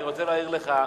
אני רוצה להעיר לך,